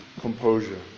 composure